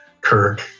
Kirk